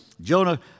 Jonah